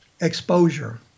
exposure